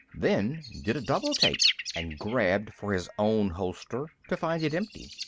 then did a double-take and grabbed for his own holster, to find it empty.